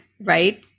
right